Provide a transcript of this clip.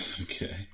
Okay